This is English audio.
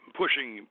pushing